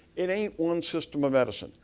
it ain't one system of amazon,